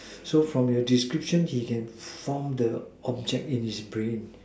so from your description he can form the object in his brain